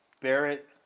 Barrett